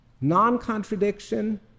non-contradiction